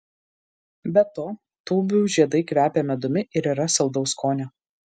be to tūbių žiedai kvepia medumi ir yra saldaus skonio